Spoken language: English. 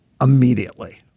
immediately